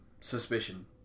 suspicion